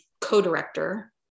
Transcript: co-director